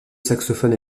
saxophone